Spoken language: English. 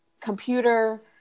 computer